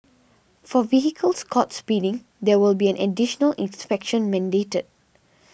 for vehicles caught speeding there will be additional inspections mandated